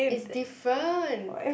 it's different